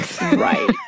Right